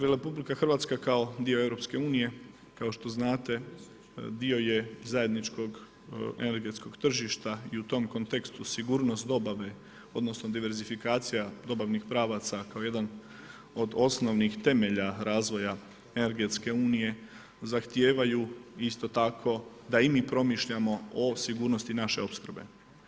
Dakle RH je kao dio EU-a kao što znate, dio je zajedničkog energetskog tržišta i u tom kontekstu sigurnost dobave odnosno diversifikacija dobavnih pravaca kao jedan od osnovnih temelja razvoja energetske unije zahtijevaju isto tako da i mi promišljamo o sigurnosti naše opskrbe.